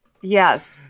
Yes